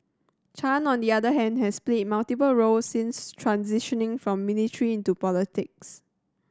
Chan on the other hand has played multiple roles since transitioning from military into politics